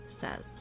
says